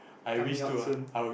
coming out soon